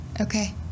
okay